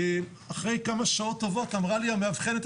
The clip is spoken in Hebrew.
אחרי כמה שעות טובות אמרה לי המאבחנת,